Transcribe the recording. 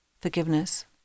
forgiveness